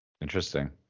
Interesting